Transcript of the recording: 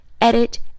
edit